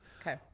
Okay